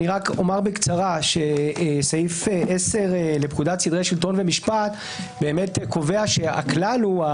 רק אומר בקצרה שסעיף 10 לפקודת סדרי שלטון ומשפט באמת קובע שהכלל הוא,